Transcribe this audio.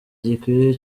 gikwiye